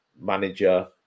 manager